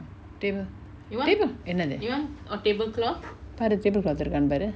table table என்னது பாரு:ennathu paaru tablecloth இருக்கானு பாரு:irukaanu paaru